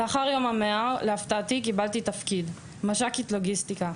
לאחר יום --- קיבלתי תפקיד מש"קית לוגיסטיקה.